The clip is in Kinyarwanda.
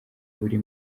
buri